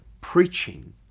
preaching